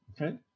Okay